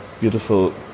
beautiful